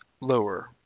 Lower